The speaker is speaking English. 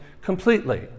completely